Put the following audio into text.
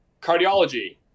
cardiology